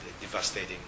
devastating